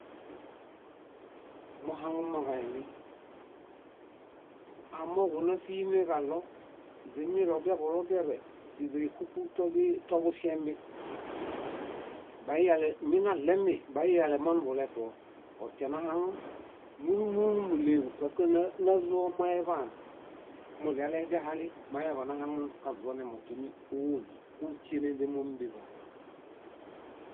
Muhaŋumoġaini, amooġo náṗineġaɭo źimilobiaḃulobiaḃe źíźaixuku toḃuŝemi. Baiyale, minaɭemi, baiyale monuḃuletuo. Otianahaŋun, múlu múlu númuɭeġu, pask ná- názomoeḃaan, muɭialeźahali mañaḃanahaŋun kaźuonemo timi óom kúśieneźemomi biḃaa.